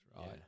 right